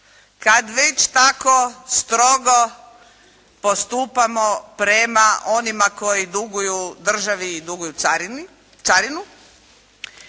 kad već tako strogo postupamo prema onima koji duguju državi i duguju carinu